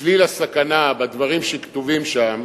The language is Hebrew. צליל הסכנה בדברים שכתובים שם